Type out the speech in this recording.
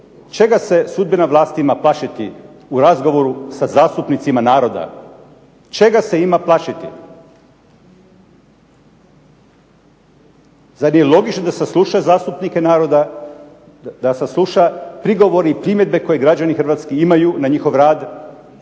Čega se sudbena vlast ima plašiti u razgovoru sa zastupnicima naroda? Čega se ima plašiti? Zar je logično da se sluša zastupnike naroda, da se sluša prigovori i primjedbe koji građani Hrvatske imaju na njihov rad,